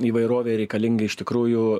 įvairovė reikalinga iš tikrųjų